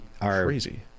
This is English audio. crazy